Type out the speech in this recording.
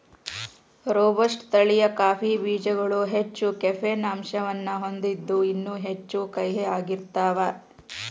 robusta ತಳಿಯ coffee ಬೇಜಗಳು ಹೆಚ್ಚ ಕೆಫೇನ್ ಅಂಶವನ್ನ ಹೊಂದಿದ್ದು ಇನ್ನೂ ಹೆಚ್ಚು ಕಹಿಯಾಗಿರ್ತಾವ